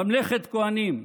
ממלכת כוהנים,